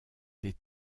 des